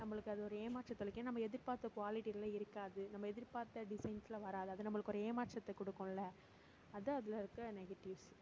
நம்மளுக்கு அது ஒரு ஏமாற்றத்தளிக்கும் நம்ம எதிர்பார்த்த குவாலிட்டியில் இருக்காது நம்ம எதிர்பார்த்த டிசைன்ஸில் வராது அது நம்மளுக்கு ஒரு ஏமாற்றத்தை கொடுக்கும்ல அதுதான் அதில் இருக்க நெகட்டிவ்ஸ்